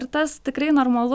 ir tas tikrai normalu